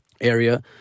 area